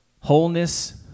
Wholeness